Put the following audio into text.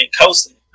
coasting